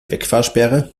wegfahrsperre